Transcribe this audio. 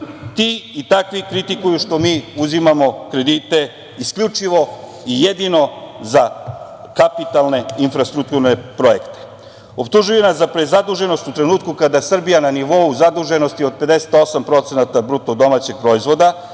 ti i takvi kritikuju što mi uzimamo kredite isključivo i jedino za kapitalne infrastrukturne projekte. Optužuju nas za prezaduženost u trenutku kada je Srbija na nivou zaduženosti od 58% bruto domaćeg proizvoda,